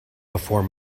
before